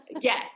Yes